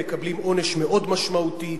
מקבלים עונש מאוד משמעותי,